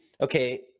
okay